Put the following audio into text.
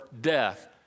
death